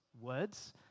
words